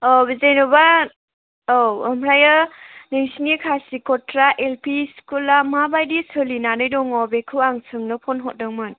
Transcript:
औ बे जेनेबा औ ओमफायो नोंसोरनि खासिक'त्रा एल पि स्कुलआ माबायदि सोलिनानै दङ बेखौ आं सोंनो फ'न हरदोंमोन